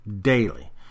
daily